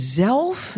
zelf